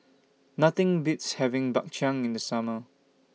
Nothing Beats having Bak Chang in The Summer